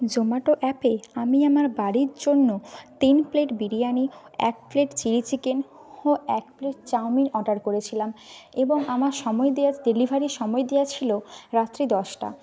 জোম্যাটো অ্যাপে আমি আমার বাড়ির জন্য তিন প্লেট বিরিয়ানি এক প্লেট চিলি চিকেন ও এক প্লেট চাওমিন অর্ডার করেছিলাম এবং আমার সময় দেওয়া ডেলিভারির সময় দেওয়া ছিল রাত্রি দশটা